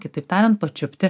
kitaip tariant pačiupti